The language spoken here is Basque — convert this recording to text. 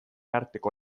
arteko